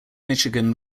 michigan